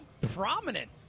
prominent